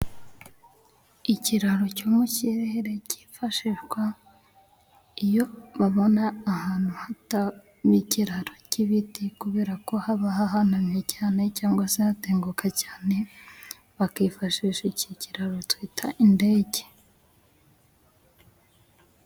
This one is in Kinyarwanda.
Ikiraro cyo mu ikirere kifashishwa iyo babona ahantu hataba ikiraro k'ibiti, kubera ko haba hahanamye cyane cyangwa se hatenguka cyane, bakifashisha iki kiraro twita indege.